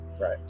Right